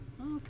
Okay